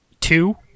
Two